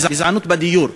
גזענות בדיור,